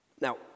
Now